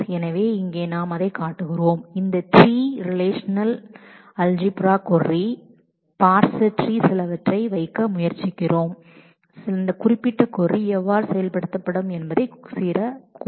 எனவே இங்கே நாம் அதைக் காட்டுகிறோம் இந்த ரிலேஷநல் அல்ஜிபிரா கொரியில் உள்ள பார்சர் ட்ரீ என்பதில் சில அனடேசன் வைக்க முயற்சிக்கிறோம் இந்த குறிப்பிட்ட கொரி எவ்வாறு செயல்படுத்தப்படும் என்பதைக் காட்ட